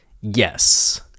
Yes